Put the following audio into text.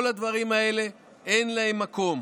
כל הדברים האלה, אין להם מקום.